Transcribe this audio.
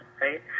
right